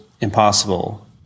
impossible